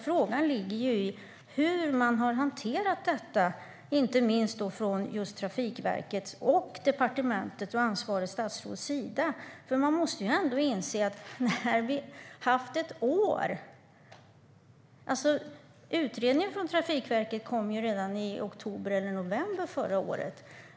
Frågan handlar om hur inte minst Trafikverket, departementet och ansvarigt statsråd har hanterat detta. Utredningen från Trafikverket kom redan i oktober november förra året.